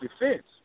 defense